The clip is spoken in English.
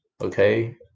Okay